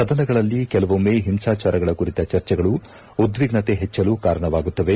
ಸದನಗಳಲ್ಲಿ ಕೆಲವೊಮ್ಮೆ ಹಿಂಸಾಚಾರಗಳ ಕುರಿತ ಚರ್ಚೆಗಳು ಉದ್ವಿಗ್ನತೆ ಹೆಚ್ಚಲು ಕಾರಣವಾಗುತ್ತವೆ